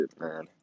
man